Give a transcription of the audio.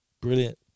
Brilliant